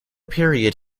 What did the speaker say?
period